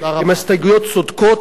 הן הסתייגויות צודקות,